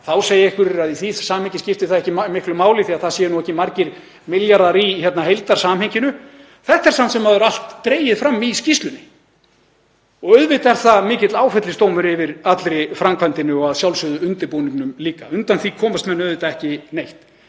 Þá segja einhverjir að það skipti ekki miklu máli því að það séu ekki margir milljarðar í heildarsamhenginu. En þetta er samt sem áður allt dregið fram í skýrslunni. Auðvitað er það mikill áfellisdómur yfir allri framkvæmdinni og að sjálfsögðu undirbúningnum líka. Undan því komast menn auðvitað ekki neitt.